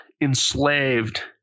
enslaved-